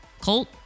Colt